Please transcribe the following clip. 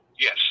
Yes